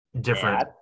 different –